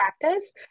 practice